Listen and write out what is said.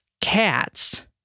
cats